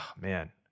man